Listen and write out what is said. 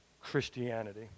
Christianity